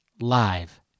live